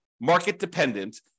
market-dependent